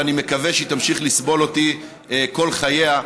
ואני מקווה שהיא תמשיך לסבול אותי כל חייה,